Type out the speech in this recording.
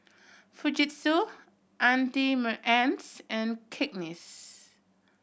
Fujitsu Auntie Anne's and Cakenis